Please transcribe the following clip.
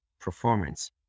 performance